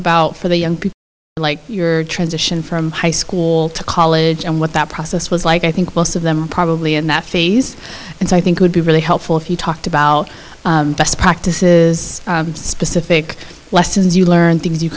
about for the young people like your transition from high school to college and what that process was like i think most of them probably in that fees and i think would be really helpful if you talked about best practices specific lessons you learned things you